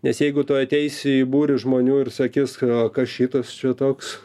nes jeigu tu ateisi į būrį žmonių ir sakys kas šitas čia toks